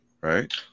Right